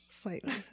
slightly